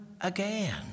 again